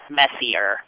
messier